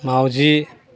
माउजि